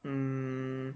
mm